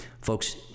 folks